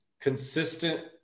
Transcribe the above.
consistent